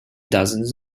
dozens